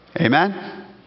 Amen